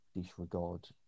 disregard